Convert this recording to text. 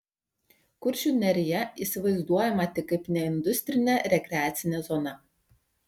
kuršių nerija įsivaizduojama tik kaip neindustrinė rekreacinė zona